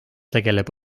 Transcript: tegeleb